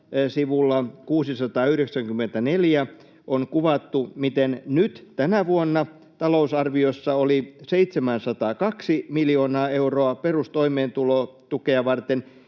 sivulla 694 on kuvattu, miten nyt tänä vuonna talousarviossa oli 702 miljoonaa euroa perustoimeentulotukea varten